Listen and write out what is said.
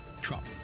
trump